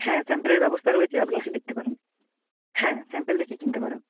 হ্যাঁ স্যাম্পেলের ব্যবস্থা রয়েছে আপনি এসে দেখতে পারেন হ্যাঁ স্যাম্পেল দেখে কিনতে পারো